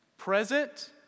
Present